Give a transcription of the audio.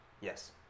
Yes